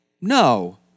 No